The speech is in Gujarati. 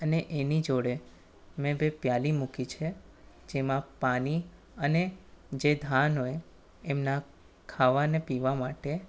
અને એની જોડે મેં બે પ્યાલી મૂકી છે જેમાં પાણી અને જે ધાન હોય તેમનાં ખાવા અને પીવા માટે